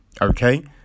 Okay